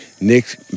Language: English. Nick